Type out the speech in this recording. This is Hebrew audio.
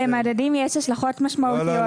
למדדים יש השלכות משמעותיות.